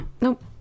Nope